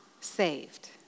saved